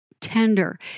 tender